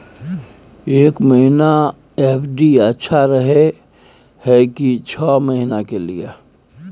एक महीना एफ.डी अच्छा रहय हय की छः महीना के लिए?